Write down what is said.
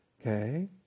Okay